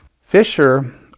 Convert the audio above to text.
Fisher